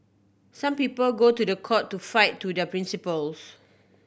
some people go to the court to fight to their principles